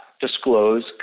disclose